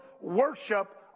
worship